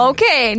Okay